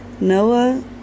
Noah